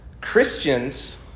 Christians